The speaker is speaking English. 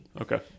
Okay